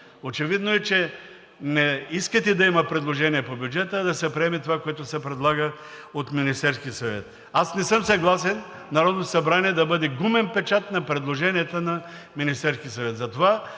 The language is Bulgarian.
Очевидно е, че не искате да има предложения по бюджета, а да се приеме това, което се предлага от Министерския съвет. Аз не съм съгласен Народното събрание да бъде гумен печат на предложенията на Министерския съвет.